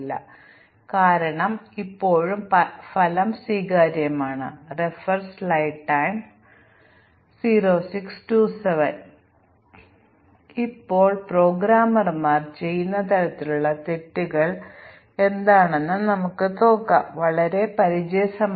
ചില ചെറിയ പ്രശ്നങ്ങൾ ഒഴികെയുള്ള മിക്കവാറും ശരിയായ പ്രോഗ്രാമുകൾ അവർ എഴുതുന്നു രണ്ടാമത്തെ അനുമാനം ഒരു പ്രോഗ്രാമർ ലളിതമായ ബഗുകൾക്ക് തുല്യമായ ഒരു സങ്കീർണ്ണ ബഗ് അവതരിപ്പിച്ചാലും എന്നാണ്